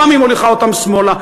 פעם היא מוליכה אותם שמאלה.